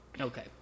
Okay